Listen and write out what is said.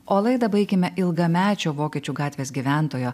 o laidą baikime ilgamečio vokiečių gatvės gyventojo